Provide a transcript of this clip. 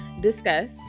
discuss